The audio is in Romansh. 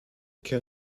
cheu